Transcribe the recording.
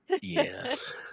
Yes